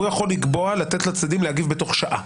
והוא יכול לקבוע לתת לצדדים להגיב בתוך שעה,